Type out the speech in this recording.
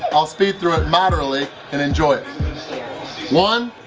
i'll speed through it moderately and enjoy one,